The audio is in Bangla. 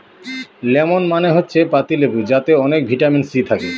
লেমন মানে হচ্ছে পাতি লেবু যাতে অনেক ভিটামিন সি থাকে